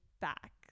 back